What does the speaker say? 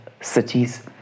cities